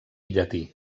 llatí